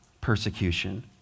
persecution